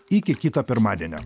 iki kito pirmadienio